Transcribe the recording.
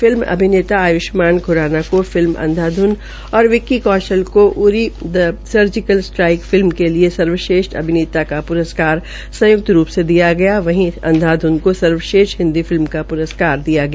film अभिनेता आयुष्मान खुराना को film Andhadhun लेकर विक्की कौशल को Uri the surgical strike film के लिए अभिनेता का पुरस्कार संयुक्त रूपये रूप से दिया गया वहीं अंधाध्न को सर्वक्षेष्ठ हिन्दी फिल्म का प्रस्कार दिया गया